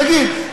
נגיד.